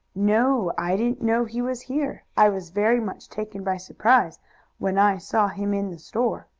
no i didn't know he was here. i was very much taken by surprise when i saw him in the store.